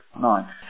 nine